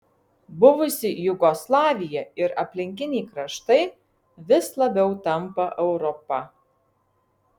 buvusi jugoslavija ir aplinkiniai kraštai vis labiau tampa europa